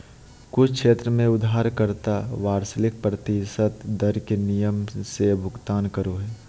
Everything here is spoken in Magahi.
कुछ क्षेत्र में उधारकर्ता वार्षिक प्रतिशत दर के नियम से भुगतान करो हय